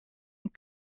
und